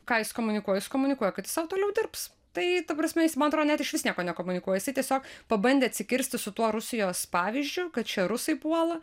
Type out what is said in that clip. ką jis komunikuoja jis komunikuoja kad jis sau toliau dirbs tai ta prasme jis man atrodo net išvis nieko nekomunikuoja jisai tiesiog pabandė atsikirsti su tuo rusijos pavyzdžiu kad čia rusai puola